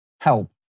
help